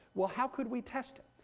well, how could we test it?